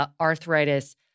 arthritis